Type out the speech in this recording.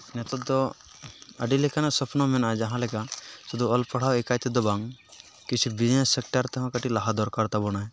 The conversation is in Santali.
ᱱᱤᱛᱳᱜ ᱫᱚ ᱟᱹᱰᱤ ᱞᱮᱠᱟᱱᱟᱜ ᱥᱚᱯᱱᱚ ᱢᱮᱱᱟᱜᱼᱟ ᱡᱟᱦᱟᱸᱞᱮᱠᱟ ᱥᱩᱫᱩ ᱚᱞ ᱯᱟᱲᱦᱟᱣ ᱮᱠᱟᱭ ᱛᱮᱫᱚ ᱵᱟᱝ ᱠᱤᱪᱷᱩ ᱵᱤᱡᱱᱮᱥ ᱥᱮᱠᱴᱟᱨ ᱛᱮᱦᱚᱸ ᱞᱟᱦᱟ ᱫᱚᱨᱠᱟᱨ ᱛᱟᱵᱚᱱᱟᱭ